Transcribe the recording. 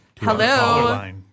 Hello